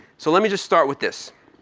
so let me just start with this.